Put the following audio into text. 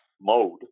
mode